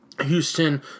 Houston